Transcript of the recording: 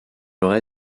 aurait